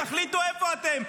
תחליטו איפה אתם.